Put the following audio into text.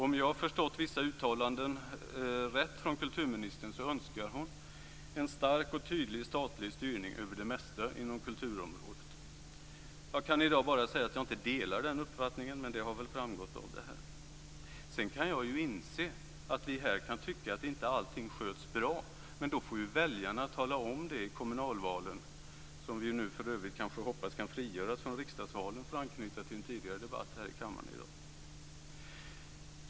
Om jag har förstått vissa uttalanden från kulturministern rätt önskar hon en stark och tydlig statlig styrning av det mesta inom kulturområdet. Jag kan i dag bara säga att jag inte delar den uppfattningen, men det har väl framgått av det jag sagt. Sedan kan jag inse att vi här kan tycka att inte allting sköts bra, men då får ju väljarna tala om det i kommunalvalen, som vi ju nu för övrigt kanske kan hoppas kan frigöras från riksdagsvalen, för att anknyta till en tidigare debatt här i kammaren i dag.